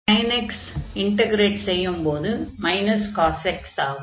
sinxஐ integrate செய்யும்போது cosx ஆகும்